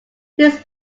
these